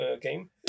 game